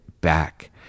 back